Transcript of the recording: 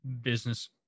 business